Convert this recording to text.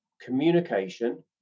communication